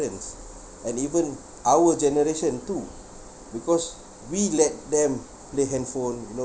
and even our generation too because we let them play handphone you know